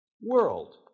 world